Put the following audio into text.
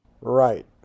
Right